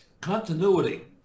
continuity